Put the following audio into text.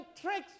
tricks